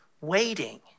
waiting